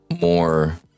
more